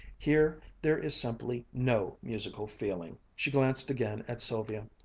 here, there is simply no musical feeling! she glanced again at sylvia,